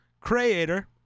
Creator